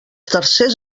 tercers